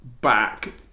back